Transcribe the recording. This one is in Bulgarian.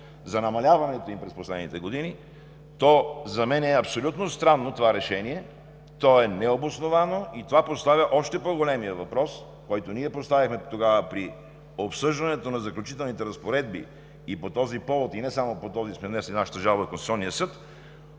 за намаляването им през последните години, за мен е абсолютно странно това решение – то е необосновано. Това поставя още по-големия въпрос, който ние поставихме тогава при обсъждането на Заключителните разпоредби – по този повод, и не само по този, сме внесли нашата жалба в Конституционния съд: